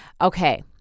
Okay